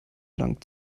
lang